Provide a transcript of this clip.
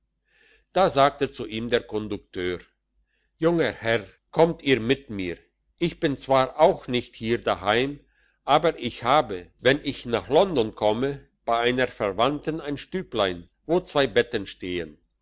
da sagte zu ihm der kondukteur junger herr kommt ihr mit mir ich bin zwar auch nicht hier daheim aber ich habe wenn ich nach london komme bei einer verwandten ein stüblein wo zwei betten stehen